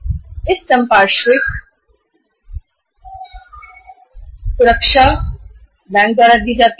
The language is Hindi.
या एक संपार्श्विक सुरक्षा है जो बैंक के लिए आवश्यक है